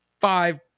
five